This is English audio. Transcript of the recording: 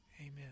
Amen